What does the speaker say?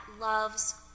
loves